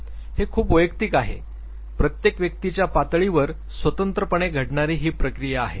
हे खूप वैयक्तिक आहे प्रत्येक व्यक्तीच्या पातळीवर स्वतंत्रपणे घडणारी ही प्रक्रिया आहे